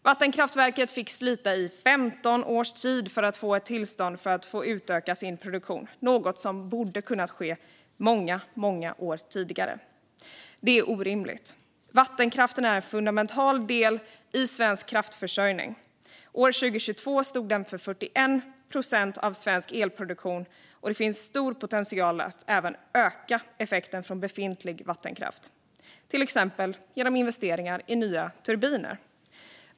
I 15 års tid fick man slita för att få tillstånd att utöka vattenkraftverkets produktion - något som borde ha kunnat ske många år tidigare. Detta är orimligt. Vattenkraften utgör en fundamental del av svensk kraftförsörjning. År 2022 stod den för 41 procent av svensk elproduktion, och det finns stor potential att öka effekten från befintlig vattenkraft, till exempel genom investeringar i nya turbiner.